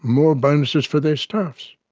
more bonuses for their staff. so